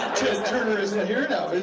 turner isn't here now, is